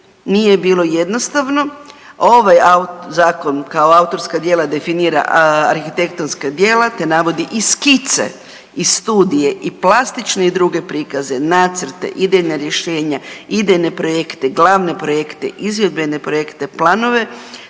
nije bilo jednostavno. Ovaj Zakon, kao autorska djela definira arhitektonska djela te navodi i skice i studije i plastične i druge prikaze, nacrte, idejna rješenja, idejne projekte, glavne projekte, izvedbene projekte, planove